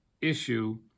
issue